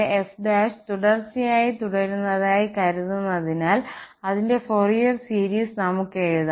f തുടർച്ചയായി തുടരുന്നതായി കരുതുന്നതിനാൽ അതിന്റെ ഫോറിയർ സീരീസ് നമുക്ക് എഴുതാം